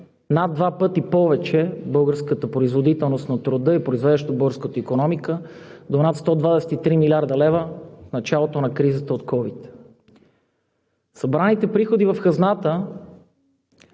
над два пъти повече българската производителност и произвеждащото в българската икономика – до над 123 млрд. лв. в началото на кризата от ковид. Събраните приходи в хазната